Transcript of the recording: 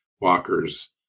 Walker's